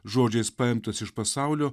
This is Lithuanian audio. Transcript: žodžiais paimtas iš pasaulio